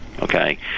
Okay